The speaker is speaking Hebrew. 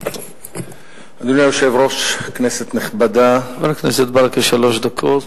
חבר הכנסת ברכה, שלוש דקות,